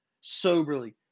soberly